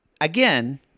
Again